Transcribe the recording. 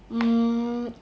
mm